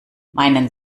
meinen